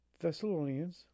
Thessalonians